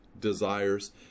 desires